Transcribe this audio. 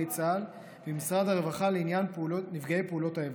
צה"ל ועם משרד הרווחה לעניין נפגעי פעולות האיבה.